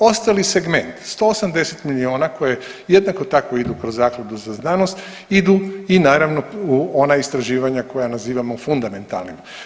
Ostali segment, 180 milijuna koje jednako tako idu kroz Zakladu za znanost, idu i naravno u ona istraživanja koja nazivamo fundamentalnim.